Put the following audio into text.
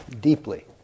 deeply